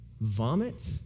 vomit